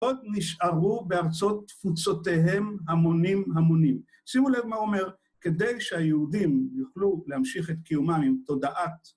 ‫עוד נשארו בארצות תפוצותיהם ‫המונים המונים. ‫שימו לב מה הוא אומר, ‫כדי שהיהודים יוכלו להמשיך ‫את קיומם עם תודעת,